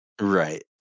right